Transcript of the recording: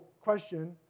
question